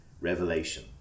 revelation